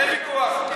אין ויכוח.